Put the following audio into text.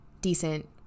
decent